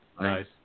nice